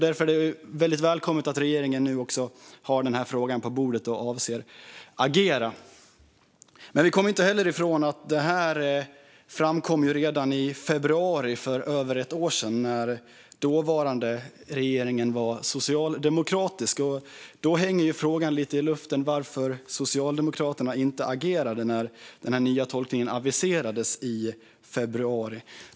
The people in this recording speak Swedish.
Därför är det väldigt välkommet att regeringen nu har den här frågan på bordet och avser att agera. Men vi kommer inte heller ifrån att detta framkom redan i februari 2022, för över ett år sedan, när regeringen var socialdemokratisk. Då hänger frågan lite i luften: Varför agerade inte Socialdemokraterna när denna nya tolkning aviserades i februari?